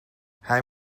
hij